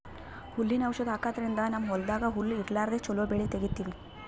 ಹುಲ್ಲಿನ್ ಔಷಧ್ ಹಾಕದ್ರಿಂದ್ ನಮ್ಮ್ ಹೊಲ್ದಾಗ್ ಹುಲ್ಲ್ ಇರ್ಲಾರ್ದೆ ಚೊಲೋ ಬೆಳಿ ತೆಗೀತೀವಿ